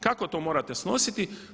Kako to morate snositi?